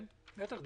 כן, בטח.